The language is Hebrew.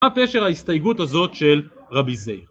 מה‫ פשר ההסתייגות הזאת, של רבי זירא.